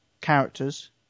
characters